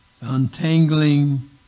Untangling